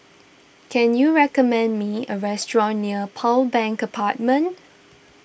can you recommend me a restaurant near Pearl Bank Apartment